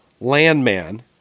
Landman